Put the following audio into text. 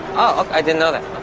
i didn't know that.